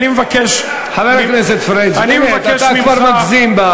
שמענו, חבר הכנסת פריג', אני מבקש ממך